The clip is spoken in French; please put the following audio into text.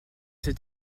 sept